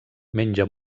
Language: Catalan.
menja